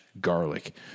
garlic